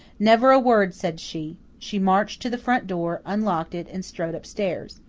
never a word said she. she marched to the front door, unlocked it, and strode upstairs.